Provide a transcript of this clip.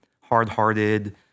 hard-hearted